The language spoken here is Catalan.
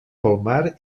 palmar